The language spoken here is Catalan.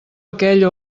aquell